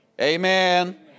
Amen